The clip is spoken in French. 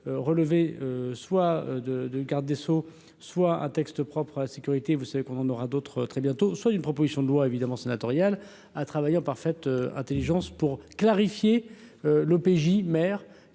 relever soit de du garde des Sceaux, soit un texte propre à la sécurité, vous savez qu'on en aura d'autres très bientôt, soit une promotion. On doit évidemment sénatoriale a travaillé en parfaite Intelligence pour clarifier l'OPJ mère